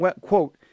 quote